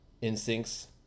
instincts